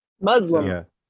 Muslims